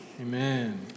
Amen